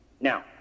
Now